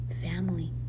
family